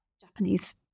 Japanese